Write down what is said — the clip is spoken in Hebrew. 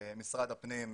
ועם משרד הפנים,